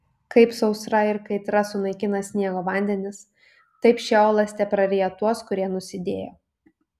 kaip sausra ir kaitra sunaikina sniego vandenis taip šeolas tepraryja tuos kurie nusidėjo